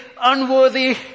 unworthy